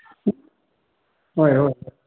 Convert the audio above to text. ꯍꯣꯏ ꯍꯣꯏ